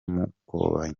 mukobanya